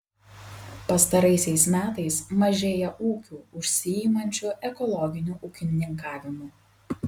pastaraisiais metais mažėja ūkių užsiimančių ekologiniu ūkininkavimu